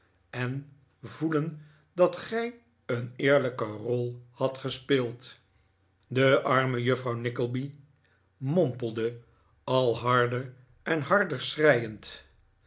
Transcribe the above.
en voelen dat gij een eerlijke rol hadt gespeeld de arme juffrouw nickleby mompelde al harder en harder schreiend